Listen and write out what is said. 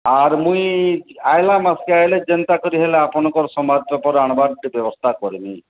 ଆର ମୁଇଁ ଆଇଲା ମାସ୍କେ ଆଇଲେ ଯେନ୍ତା କରି ହେଲେ ଆପଣଙ୍କର ସମ୍ବାଦ ପେପର୍ ଆଣବାର୍କେ ଗୋଟେ ବ୍ୟବସ୍ଥା କର୍ମି